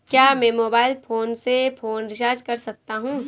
क्या मैं mobile phone से फोन रिचार्ज कर सकता हूं?